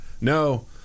No